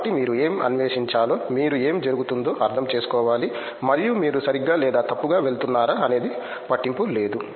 కాబట్టి మీరు ఏమి అన్వేషించాలో మీరు ఏమి జరుగుతుందో అర్థం చేసుకోవాలి మరియు మీరు సరిగ్గా లేదా తప్పుగా వెళుతున్నారా అనేది పట్టింపు లేదు